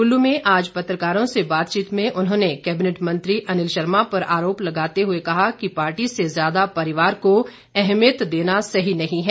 कुल्लू में आज पत्रकारों से बातचीत में उन्होंने कैबिनेट मंत्री अनिल शर्मा पर आरोप लगाते हुए कहा कि पार्टी से ज्यादा परिवार को एहमियत देना सही नहीं है